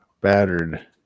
Battered